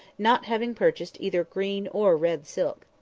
not having purchased either green or red silk.